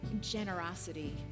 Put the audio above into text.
generosity